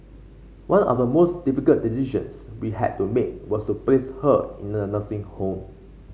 one of the most difficult decisions we had to make was to place her in a nursing home